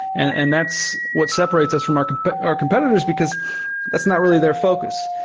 and and that's what separates us from our but our competitors, because that's not really their focus.